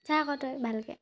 চা আকৌ তই ভালকৈ